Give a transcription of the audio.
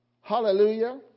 Hallelujah